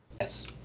Yes